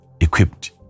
equipped